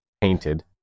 painted